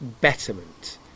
betterment